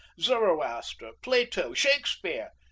zoroaster, plato, shakespeare.